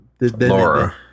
Laura